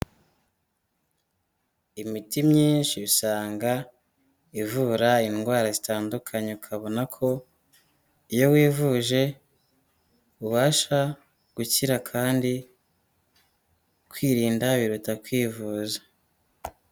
Imiti myinshi usanga ivura indwara zitandukanye, ukabona ko iyo wivuje ubasha gukira kandi kwirinda biruta kwivuza.